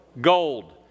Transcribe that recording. Gold